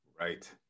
Right